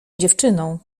dziewczyną